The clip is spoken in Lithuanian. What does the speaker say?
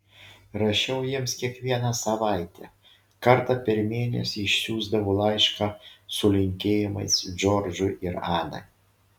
rašiau jiems kiekvieną savaitę kartą per mėnesį išsiųsdavau laišką su linkėjimais džordžui ir anai